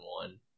one